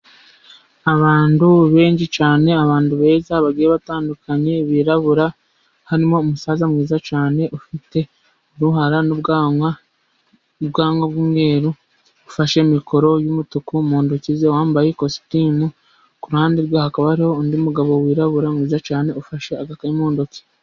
Abantu benshi cyane, abantu beza, bagiye batandukanye birabura, hari umusaza mwiza cyane ufite uruhara n'ubwanwa, ubwanwa bw'umweru, ufashe mikoro y'umutuku mu ntoki ze, wambaye ikositimu. ku ruhande rwe hakaba hariho undi mugabo wirabura mwiza cyane, ufashe agaka mu ntoki.